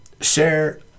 share